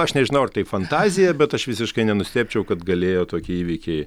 aš nežinau ar tai fantazija bet aš visiškai nenustebčiau kad galėjo tokie įvykiai